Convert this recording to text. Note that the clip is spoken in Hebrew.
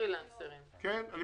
אדוני היושב-ראש,